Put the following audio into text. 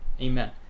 amen